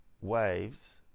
waves